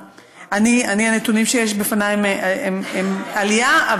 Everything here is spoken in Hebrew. הנתונים שיש לפניי הם על עלייה,